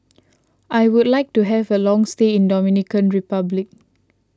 I would like to have a long stay in Dominican Republic